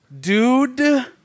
Dude